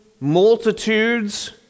multitudes